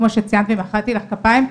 כפי שציינת ומחאתי לך כפיים,